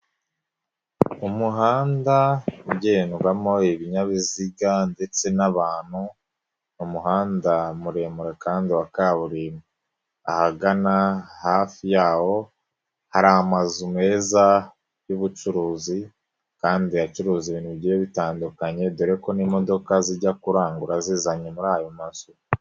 Umuhanda ugendwamo ibinyabiziga ndetse n'abantu ni muhanda muremure kandi wa kaburimbo, ahagana hafi y'aho hari amazu meza y'ubucuruzi kandi acuruza ibintu bigiye bitandukanye dore ko n'imodoka zijya kurangura zizanye muri ayo mazu.